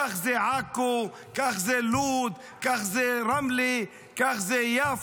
כך זה עכו, כך זה לוד, כך זה רמלה, כך זה יפו.